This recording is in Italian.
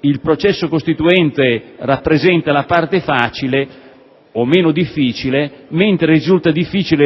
il processo costituente rappresenta la parte facile o meno difficile, mentre risulta complicato